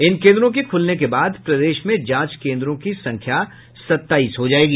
इन केन्द्रों के खूलने के बाद प्रदेश में जांच केंद्रों की संख्या सत्ताईस हो जायेगी